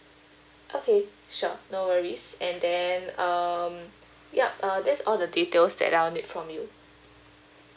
okay sure no worries and then um yup uh that's all the details that I'll need from you